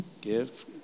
give